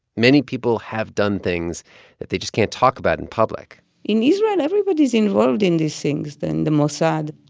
many people have done things that they just can't talk about in public in israel, and everybody's involved in these things than the mossad.